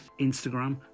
Instagram